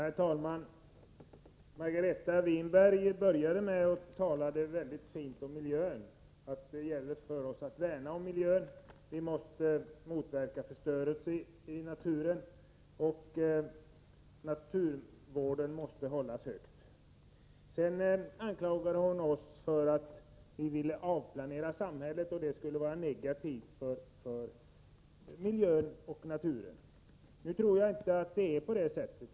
Herr talman! Margareta Winberg började sitt anförande med att tala väldigt fint om miljön, att det gäller för oss att värna om miljön, att vi måste motverka förstörelse i naturen och att vi måste hålla naturvården högt. Sedan anklagade hon oss för att vi ville avplanera samhället, och hon menade att det skulle vara negativt för miljö och natur. Jag tror inte att det är på det sättet.